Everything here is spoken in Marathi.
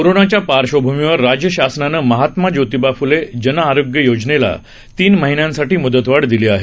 कोरोनाच्या पार्श्वभूमीवर राज्य शासनानं महात्मा ज्योतिबा फुले जन आरोग्य योजनेला तीन महिन्यांसाठी मुदतवाढ दिली आहे